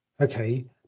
okay